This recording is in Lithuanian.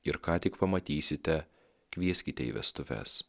ir ką tik pamatysite kvieskite į vestuves